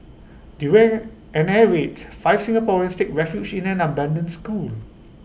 during an air raid five Singaporeans take refuge in an abandoned school